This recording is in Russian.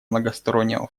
многостороннего